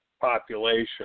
population